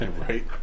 Right